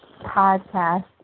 podcast